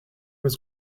was